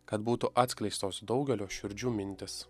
kad būtų atskleistos daugelio širdžių mintys